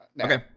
Okay